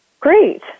Great